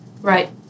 right